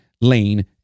Lane